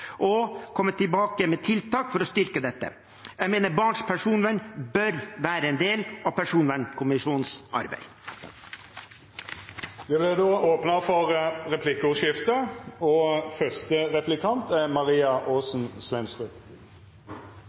å komme tilbake med tiltak for å styrke dette. Jeg mener barns personvern bør være en del av personvernkommisjonens arbeid. Det vert replikkordskifte. Når tenker statsråden at den varslede personvernkommisjonen skal settes ned? Personvernkommisjonen er